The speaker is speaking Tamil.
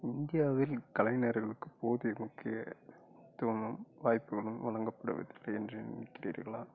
இந்தியாவில் கலைஞர்களுக்கு போதிய முக்கியத்துவமும் வாய்ப்புகளும் வழங்கப்படவில்லை என்று நினைக்கிறீர்களா